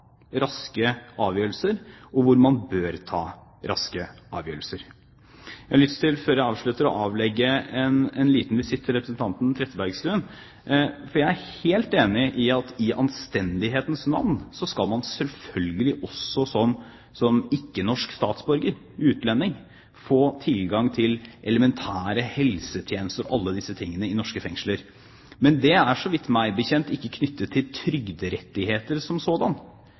raske avgjørelser. Jeg har lyst til, før jeg avslutter, å avlegge en visitt til representanten Trettebergstuen, for jeg er helt enig i at i anstendighetens navn skal man selvfølgelig også som ikke-norsk statsborger – som utlending – få tilgang til elementære helsetjenester o.l. i norske fengsler. Men det er meg bekjent ikke knyttet til trygderettigheter som